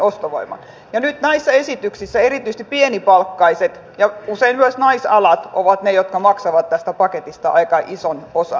ja nyt näissä esityksissä erityisesti pienipalkkaiset ja usein myös naisalat ovat ne jotka maksavat tästä paketista aika ison osan